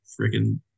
freaking